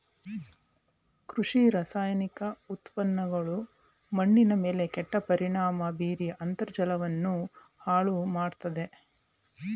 ಕೃಷಿ ರಾಸಾಯನಿಕ ಉತ್ಪನ್ನಗಳು ಮಣ್ಣಿನ ಮೇಲೆ ಕೆಟ್ಟ ಪರಿಣಾಮ ಬೀರಿ ಅಂತರ್ಜಲವನ್ನು ಹಾಳು ಮಾಡತ್ತದೆ